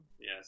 Yes